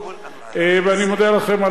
ואני מודה לך על ההצבעה.